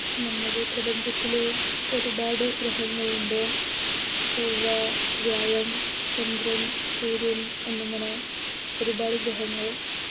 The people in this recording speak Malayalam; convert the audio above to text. നമ്മുടെ പ്രപഞ്ചത്തിൽ ഒരുപാട് ഗ്രഹങ്ങളുണ്ട് ചൊവ്വ വ്യാഴം ചന്ദ്രൻ സൂര്യൻ എന്നിങ്ങനെ ഒരുപാട് ഗ്രഹങ്ങൾ